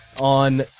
on